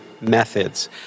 methods